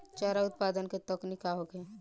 चारा उत्पादन के तकनीक का होखे?